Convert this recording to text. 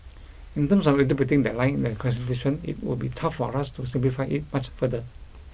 in terms of interpreting that line in the Constitution it would be tough for us to simplify it much further